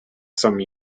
some